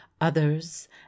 others